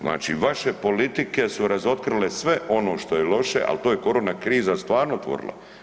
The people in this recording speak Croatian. Znači vaše politike su razotkrile sve ono što je loše, ali to je korona kriza stvarno otvorila.